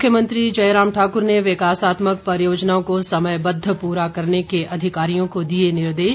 मुख्यमंत्री जयराम ठाकुर ने विकासात्मक परियोजनाओं को समयबद्ध पूरा करने के अधिकारियों को दिए निर्देश